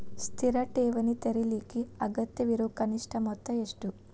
ಸ್ಥಿರ ಠೇವಣಿ ತೆರೇಲಿಕ್ಕೆ ಅಗತ್ಯವಿರೋ ಕನಿಷ್ಠ ಮೊತ್ತ ಎಷ್ಟು?